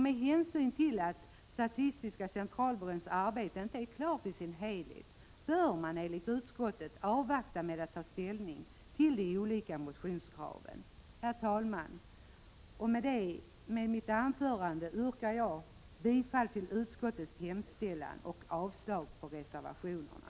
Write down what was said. Men hänsyn till att SCB:s arbete inte är klart bör man enligt utskottet avvakta med att ta ställning till de olika motionskraven. Herr talman! Med det anförda yrkar jag bifall till utskottets hemställan och avslag på reservationerna.